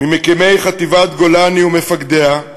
ממקימי חטיבת גולני ומפקדיה,